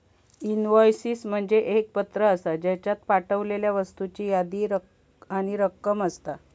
invoices म्हणजे एक पत्र आसा, ज्येच्यात पाठवलेल्या वस्तूंची यादी आणि रक्कम असता